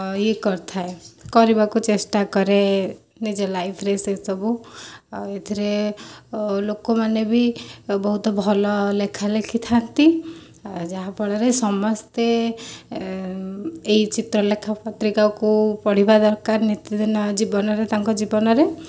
ଇଏ କରିଥାଏ କରିବାକୁ ଚେଷ୍ଟା କରେ ନିଜ ଲାଇଫରେ ସେସବୁ ଆଉ ଏଥିରେ ଲୋକମାନେ ବି ବହୁତ ଭଲ ଲେଖା ଲେଖିଥାନ୍ତି ଯାହାଫଳରେ ସମସ୍ତେ ଏଇ ଚିତ୍ରଲେଖା ପତ୍ରିକାକୁ ପଢ଼ିବା ଦରକାର ନିତିଦିନ ଜୀବନରେ ତାଙ୍କ ଜୀବନରେ